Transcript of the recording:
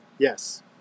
Yes